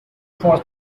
for